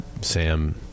Sam